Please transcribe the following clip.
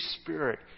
Spirit